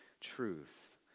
truth